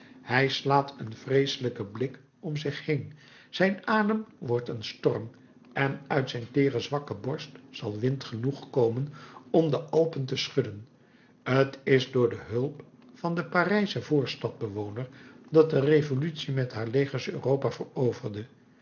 hij slaat een vreeselijken blik om zich heen zijn adem wordt een storm en uit zijn teere zwakke borst zal wind genoeg komen om de alpen te schudden t is door de hulp van den parijschen voorstadbewoner dat de revolutie met haar legers europa veroverde